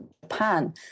Japan